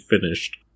finished